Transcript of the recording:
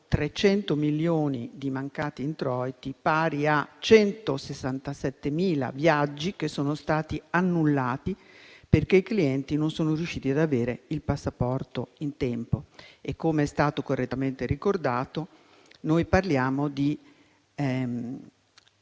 300 milioni di mancati introiti, pari a 167.000 viaggi annullati perché i clienti non sono riusciti ad avere il passaporto in tempo. Com'è stato correttamente ricordato, parliamo